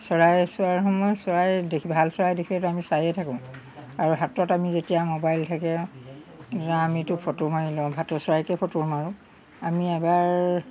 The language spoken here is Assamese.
চৰাই চোৱাৰ সময়ত চৰাই দেখি ভাল চৰাই দেখিলেতো আমি চায়েই থাকোঁ আৰু হাতত আমি যেতিয়া মোবাইল থাকে আমিতো ফটো মাৰি লওঁ ভাটৌ চৰাইকে ফটো মাৰোঁ আমি এবাৰ